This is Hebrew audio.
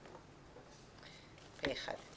פה אחד.